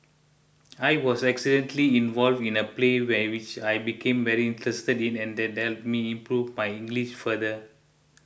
I was accidentally involved in a play we which I became very interested in and that me improve my English further